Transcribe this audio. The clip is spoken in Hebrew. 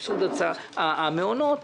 סבסוד המעונות,